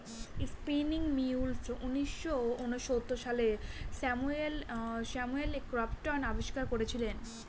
spinning mule উনিশশো ঊনসত্তর সালে স্যামুয়েল ক্রম্পটন আবিষ্কার করেছিলেন